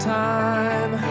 time